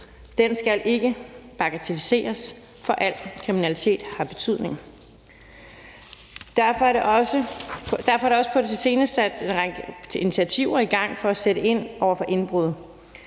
skal ikke bagatelliseres, for al kriminalitet har betydning. Derfor er der også på det seneste sat en række initiativer i gang for at sætte ind over for indbrud.